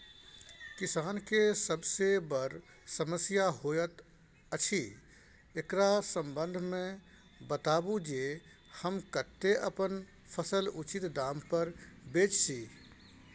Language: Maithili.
किसान के सबसे बर समस्या होयत अछि, एकरा संबंध मे बताबू जे हम कत्ते अपन फसल उचित दाम पर बेच सी?